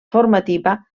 formativa